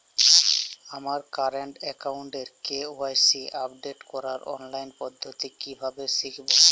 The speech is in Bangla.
আমার কারেন্ট অ্যাকাউন্টের কে.ওয়াই.সি আপডেট করার অনলাইন পদ্ধতি কীভাবে শিখব?